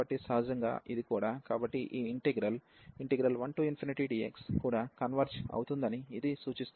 కాబట్టి సహజంగా ఇది కూడా కాబట్టి ఈ ఇంటిగ్రల్ 1 dx కూడా కన్వెర్జ్ అవుతుందని ఇది సూచిస్తుంది